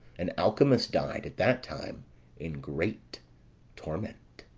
and alcimus died at that time in great torment.